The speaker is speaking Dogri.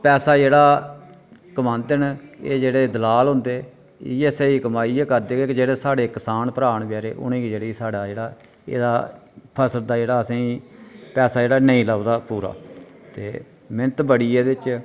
पैसा जेह्ड़ा कमांदे न एह् जेह्ड़े दलाल होंदे इ'यै स्हेई कमाई इ'यै करदे के जेह्ड़े साढ़े कसान भ्राऽ नै बेचारे उ'नेंगी जेह्ड़ी स्हाड़ा जेह्ड़ा एह्दा फसल दा जेह्ड़ा पैसा असेंगी नेई लबदा पूरा ते मेह्नत बड़ी ऐ एह्दे च